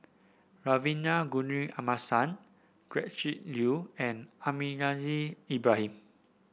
Kavignareru Amallathasan Gretchen Liu and Almahdi Al Haj Ibrahim